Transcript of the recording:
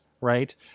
Right